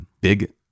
big